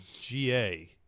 GA